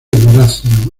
durazno